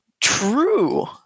true